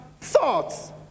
thoughts